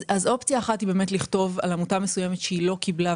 אופציה אחת היא לכתוב על עמותה מסוימת שהיא לא קיבלה,